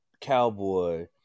Cowboy